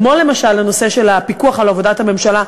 כמו למשל הנושא של הפיקוח על עבודת הממשלה,